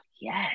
yes